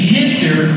hinder